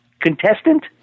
contestant